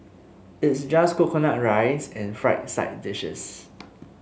it's just coconut rice and fried side dishes